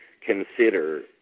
consider